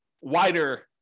wider